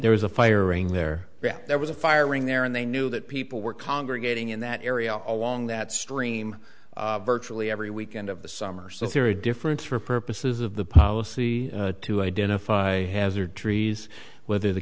there was a firing there there was a firing there and they knew that people were congregating in that area along that stream virtually every weekend of the summer so theory difference for purposes of the policy to identify hazard trees whether the